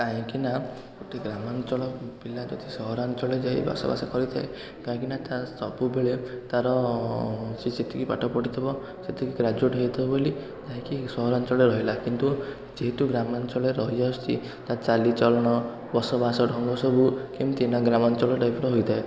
କାହିଁକି ନା ଗୋଟେ ଗ୍ରାମାଞ୍ଚଳ ପିଲା ଯଦି ସହରାଞ୍ଚଳରେ ଯାଇ ବସବାସ କରିଥାଏ କାହିଁକି ନା ସବୁବେଳେ ତା'ର ସିଏ ସେତିକି ପାଠ ପଢ଼ିଥିବ ସେତିକି ଗ୍ରାଜୁଏଟ୍ ହେଇଥିବ ବୋଲି ଯାଇକି ସହରାଞ୍ଚଳରେ ରହିଲା କିନ୍ତୁ ଯେହେତୁ ଗ୍ରାମାଞ୍ଚଳରେ ରହି ଆସୁଛି ତା ଚାଲି ଚଳନ ବସବାସ ଢଙ୍ଗ ସବୁ କେମିତି ନା ଗ୍ରାମାଞ୍ଚଳ ଟାଇପର ହୋଇଥାଏ